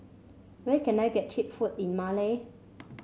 where can I get cheap food in Male